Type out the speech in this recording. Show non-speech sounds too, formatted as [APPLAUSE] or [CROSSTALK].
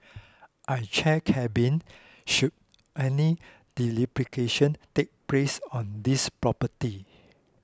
I chair carbine should any [UNINTELLIGIBLE] take place on this property